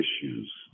issues